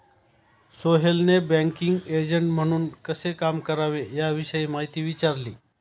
सोहेलने banking agent म्हणून कसे काम करावे याविषयी माहिती विचारली